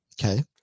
Okay